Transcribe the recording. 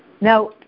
Now